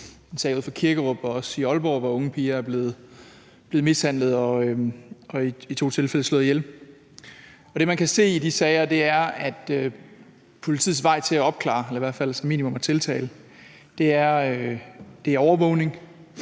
Der er en sag ude fra Kirkerup og også fra Aalborg, hvor unge piger er blevet mishandlet og i to tilfælde slået ihjel. Det, man kan se i de sager, er, at politiets vej til at opklare dem eller i hvert fald som minimum at rejse tiltale er overvågning.